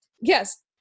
Yes